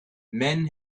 men